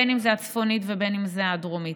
בין שזו הצפונית ובין שזו הדרומית.